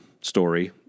story